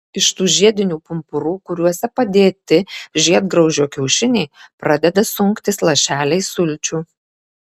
iš tų žiedinių pumpurų kuriuose padėti žiedgraužio kiaušiniai pradeda sunktis lašeliai sulčių